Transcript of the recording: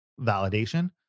validation